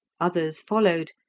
others followed,